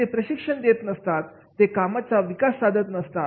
ते प्रशिक्षण देत नसतात ते कामगारांचा विकास साधत नसतात